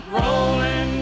rolling